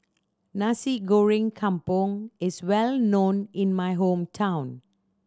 Nasi Goreng Kampung is well known in my hometown